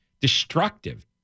destructive